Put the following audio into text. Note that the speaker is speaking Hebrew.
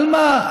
על מה?